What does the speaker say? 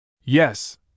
Yes